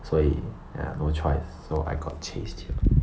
所以 ya no choice so I got chased here